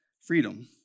Freedom